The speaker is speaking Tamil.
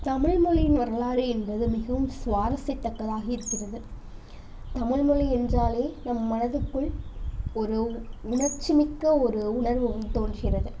தமிழ்மொழியின் வரலாறு என்பது மிகவும் சுவாரஸ்யத்தக்கதாக இருக்கிறது தமிழ்மொழி என்றாலே நம் மனதுக்குள் ஒரு உணர்ச்சிமிக்க ஒரு உணர்வு வந்து தோன்றுகிறது